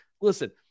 Listen